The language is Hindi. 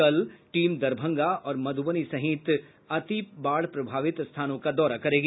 कल टीम दरभंगा और मध्रबनी सहित अति बाढ़ प्रभावित स्थानों का दौरा करेगी